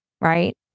right